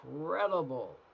incredible